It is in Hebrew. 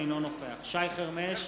אינו נוכח שי חרמש,